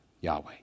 Yahweh